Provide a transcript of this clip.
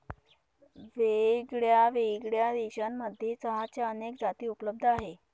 वेगळ्यावेगळ्या देशांमध्ये चहाच्या अनेक जाती उपलब्ध आहे